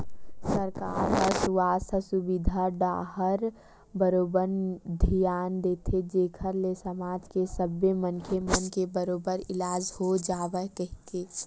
सरकार ह सुवास्थ सुबिधा डाहर बरोबर धियान देथे जेखर ले समाज के सब्बे मनखे मन के बरोबर इलाज हो जावय कहिके